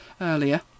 earlier